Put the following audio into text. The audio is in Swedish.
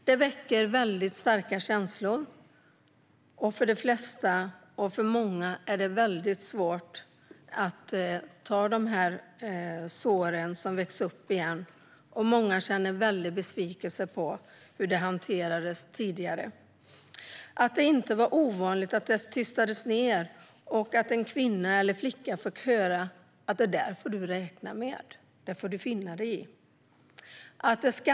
Detta väcker starka känslor hos de flesta. För många är det svårt när såren rivs upp igen. Många känner en besvikelse över hur detta tidigare hanterades. Det var inte ovanligt att det tystades ned och att en kvinna eller flicka fick höra: Det får du räkna med. Det får du finna dig i.